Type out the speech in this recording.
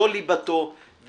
זו ליבתו,